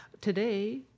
Today